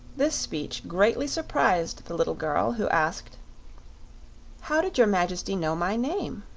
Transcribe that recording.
this speech greatly surprised the little girl, who asked how did your majesty know my name?